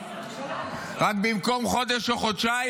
רק במקום חודש או חודשיים,